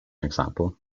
example